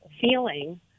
feeling